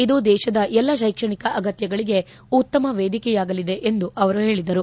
ಇದು ದೇಶದ ಎಲ್ಲಾ ಶೈಕ್ಷಣಿಕ ಅಗತ್ತಗಳಿಗೆ ಉತ್ತಮ ವೇದಿಕೆಯಾಗಲಿದೆ ಎಂದು ಅವರು ಹೇಳಿದರು